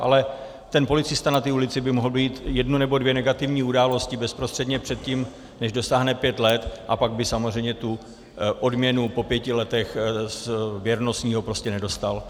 Ale policista na ulici by mohl mít jednu nebo dvě negativní události bezprostředně předtím, než dosáhne pět let, a pak by samozřejmě tu odměnu po pěti letech věrnostního prostě nedostal.